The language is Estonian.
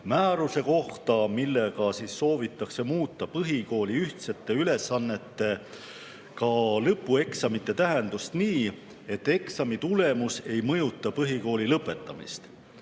määruse kohta, millega soovitakse muuta põhikooli ühtsete ülesannetega lõpueksamite tähendust nii, et eksamitulemus ei mõjuta põhikooli lõpetamist.